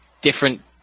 different